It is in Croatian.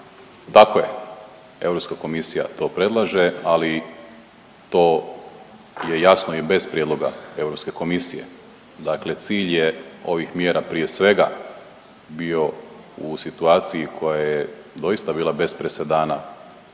Tako je, Europska komisija to predlaže, ali to je jasno i bez prijedloga Europske komisije. Dakle, cilj je ovih mjera prije svega bio u situaciji koja je doista bila bez presedana